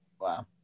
Wow